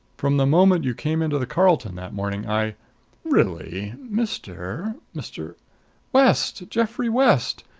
from the moment you came into the carlton that morning i really mr mr west geoffrey west.